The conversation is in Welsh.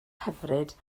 hyfryd